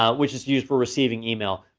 um which is used for receiving email.